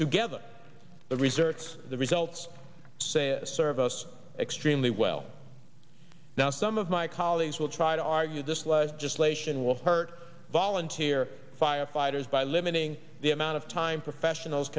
together the research the results say a service extremely well now some of my colleagues will try to argue this legislation will hurt volunteer firefighters by limiting the amount of time professionals